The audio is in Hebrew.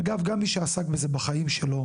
גם מי שעסק בזה בחיים שלו